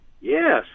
Yes